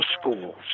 schools